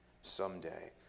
someday